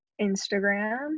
Instagram